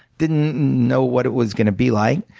didn't know what it was going to be like.